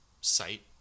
site